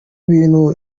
bintu